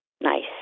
Nice